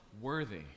worthy